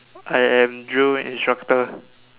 I am drill instructor